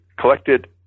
Collected